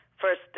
first